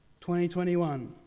2021